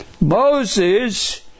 Moses